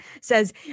says